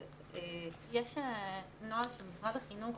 יש נוהל של משרד החינוך.